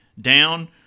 down